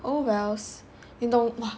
oh wells 你懂 !wah!